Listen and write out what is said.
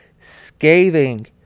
scathing